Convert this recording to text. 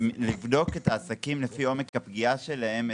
לבדוק את העסקים לפי עומק הפגיעה שלהם,